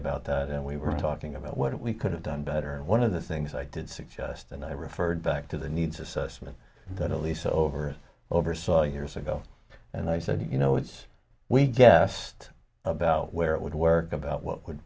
about that and we were talking about what we could have done better and one of the things i did suggest and i referred back to the needs assessment that elisa over oversaw years ago and i said you know it's we just about where it would work about what would